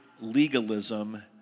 legalism